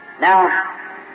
Now